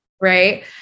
right